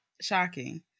shocking